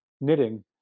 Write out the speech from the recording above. knitting